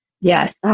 Yes